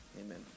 amen